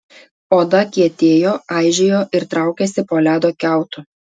oda kietėjo aižėjo ir traukėsi po ledo kiautu